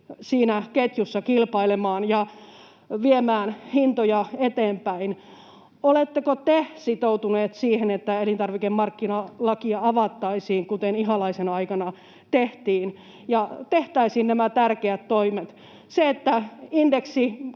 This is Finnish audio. siinä ketjussa kilpailemaan ja viemään hintoja eteenpäin, niin oletteko te sitoutuneet siihen, että elintarvikemarkkinalakia avattaisiin, kuten Ihalaisen aikana tehtiin, ja tehtäisiin nämä tärkeät toimet: se, että